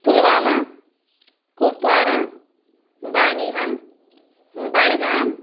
Pulwama Kupwara Banihal Budgam